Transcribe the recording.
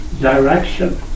direction